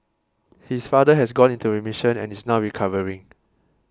his father has gone into remission and is now recovering